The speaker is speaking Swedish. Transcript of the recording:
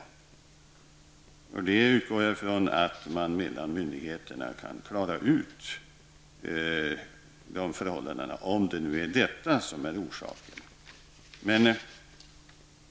De förhållandena utgår jag från att man kan klara ut mellan myndigheterna, om det är detta som är orsaken.